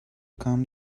come